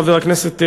חבר הכנסת רוזנטל: